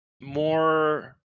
more